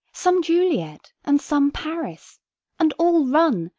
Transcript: some juliet, and some paris and all run,